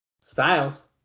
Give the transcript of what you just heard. Styles